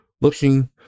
looking